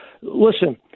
listen